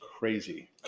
Crazy